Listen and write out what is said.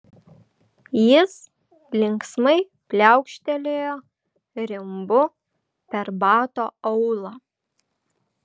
jis linksmai pliaukštelėjo rimbu per bato aulą